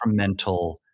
incremental